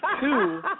Two